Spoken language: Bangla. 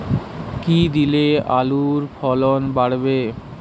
কী দিলে আলুর ফলন বাড়বে?